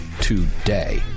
today